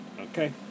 Okay